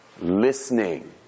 listening